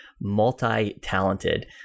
multi-talented